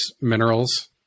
minerals